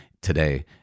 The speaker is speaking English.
today